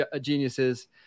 geniuses